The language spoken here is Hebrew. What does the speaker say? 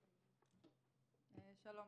שלום.